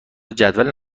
جدول